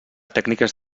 tècniques